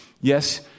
Yes